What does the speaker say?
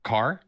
Car